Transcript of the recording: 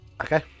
Okay